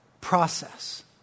process